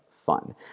fun